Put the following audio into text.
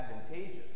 advantageous